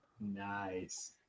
nice